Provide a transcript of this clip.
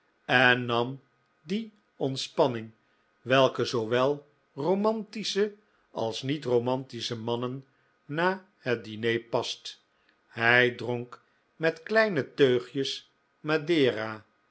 en nam die ontspanning welke zoowel romantische als niet romantische mannen na het diner past hij dronk met kleine teugjes madeira